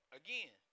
again